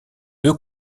deux